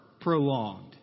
prolonged